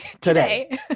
today